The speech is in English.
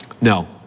No